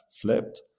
flipped